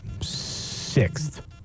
sixth